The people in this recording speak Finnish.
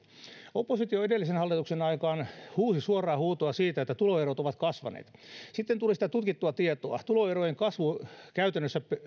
oppositio edellisen hallituksen aikaan huusi suoraa huutoa siitä että tuloerot ovat kasvaneet sitten tuli sitä tutkittua tietoa tuloerojen kasvu käytännössä